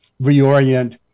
reorient